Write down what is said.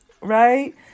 right